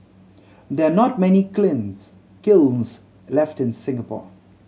there are not many cleans kilns left in Singapore